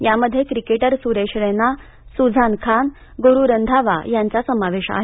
यामध्ये क्रिकेटर सुरेश रैना सुझान खान गुरु रंधावा यांचा समावेश आहे